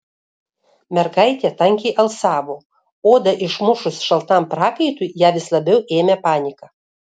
mergaitė tankiai alsavo odą išmušus šaltam prakaitui ją vis labiau ėmė panika